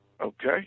Okay